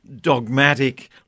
dogmatic